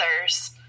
others